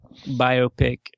biopic